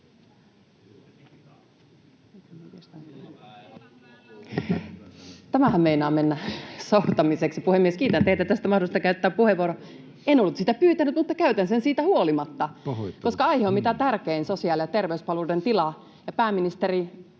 Tämähän meinaa mennä sortamiseksi.] Puhemies! Kiitän teitä tästä mahdollisuudesta käyttää puheenvuoro. En ollut sitä pyytänyt, mutta käytän sen siitä huolimatta... ...koska aihe on mitä tärkein, sosiaali- ja terveyspalveluiden tila, ja, pääministeri,